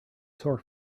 sore